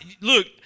look